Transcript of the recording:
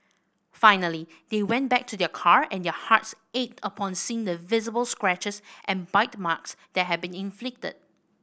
finally they went back to their car and their hearts ached upon seeing the visible scratches and bite marks that had been inflicted